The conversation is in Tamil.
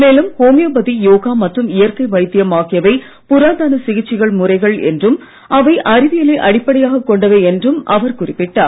மேலும் ஹோமியோபதி யோகா மற்றும் இயற்கை வைத்தியம் ஆகியவை புராதன சிகிச்சை முறைகள் என்றும் அவை அறிவியலை அடிப்படையாகக் கொண்டவை என்றும் அவர் குறிப்பிட்டார்